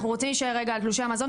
אנחנו רוצים להישאר רגע על תלושי המזון,